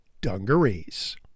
Dungarees